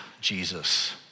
Jesus